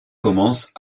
commence